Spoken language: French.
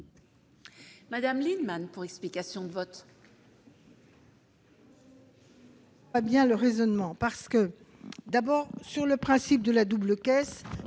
Lienemann, pour explication de vote.